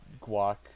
guac